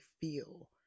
feel